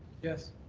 yes.